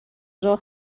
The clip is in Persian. راه